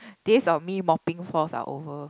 days of me mopping floors are over